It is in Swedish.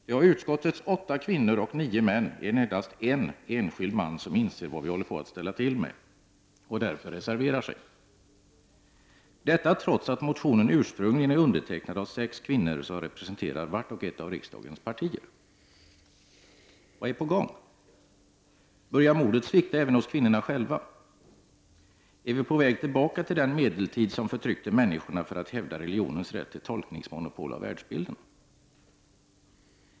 Ty av utskottets åtta kvinnor och nio män är det endast en enskild man som inser vad vi håller på att ställa till med och därför reserverar sig, detta trots att motionen ursprungligen är undertecknad av sex kvinnor som representerar vart och ett av riksdagens partier. Vad är på gång? Börjar modet svikta även hos kvinnorna själva? Är vi på väg tillbaka till den medeltid som förtryckte människorna för att hävda religionens rätt till tolkningsmonopol av världsbilden?